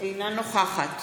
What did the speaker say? אינה נוכחת